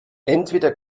entweder